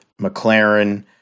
McLaren